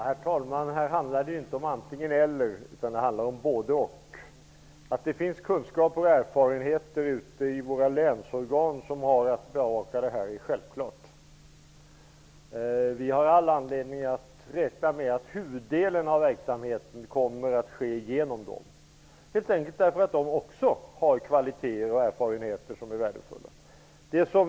Herr talman! Här handlar det ju inte om antingen-- eller, utan det handlar om både--och. Det är självklart att det finns kunskaper och erfarenheter ute hos länsorganen, som har att bevaka detta. Vi har all anledning att räkna med att huvuddelen av verksamheten kommer att ske genom länsorganen. De har helt enkelt kvaliteter och erfarenheter som är värdefulla.